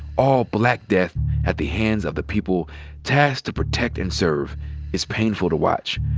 all black death at the hands of the people tasked to protect and serve is painful to watch.